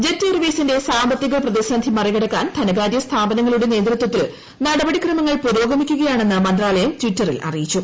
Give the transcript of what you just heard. jet എയർവേഴ്സിന്റെ സാമ്പത്തികൃ പ്രപ്രതിസന്ധി മറികടക്കാൻ ധനകാര്യ സ്ഥാപനങ്ങളുടെ നേതൃത്വത്തിൽ നടപടിക്രമങ്ങൾ പുരോഗമിക്കുകയാണെന്ന് മ്പ്ത്താലയം ട്വിറ്ററിൽ അറിയിച്ചു